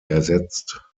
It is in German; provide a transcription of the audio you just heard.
ersetzt